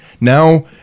Now